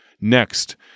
Next